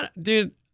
Dude